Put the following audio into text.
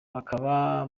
bakaba